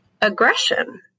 aggression